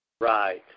Right